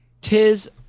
tis